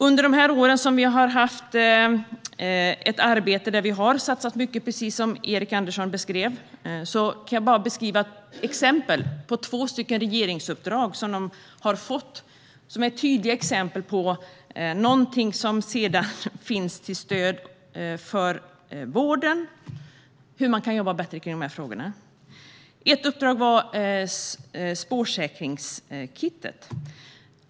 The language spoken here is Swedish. Under de år som vi har haft ett arbete där vi har satsat mycket, precis som Erik Andersson beskrev, kan jag beskriva två exempel på regeringsuppdrag som de har fått. De är tydliga exempel på någonting som sedan finns till stöd för vården och hur man kan jobba bättre med de här frågorna. Ett uppdrag var spårsäkringskittet.